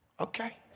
okay